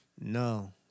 No